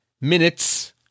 minutes